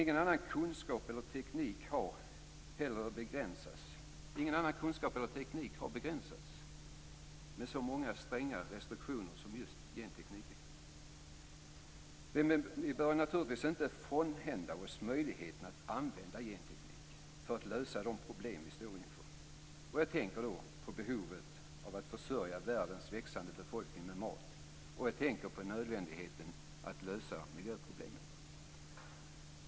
Ingen annan kunskap eller teknik har heller begränsats av så många stränga restriktioner som just gentekniken. Vi bör naturligtvis inte frånhända oss möjligheten att använda genteknik för att lösa de problem vi står inför. Jag tänker då på behovet av att försörja världens växande befolkning med mat, och jag tänker på nödvändigheten av att lösa miljöproblemen.